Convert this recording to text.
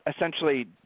essentially –